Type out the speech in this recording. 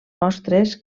mostres